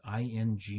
ing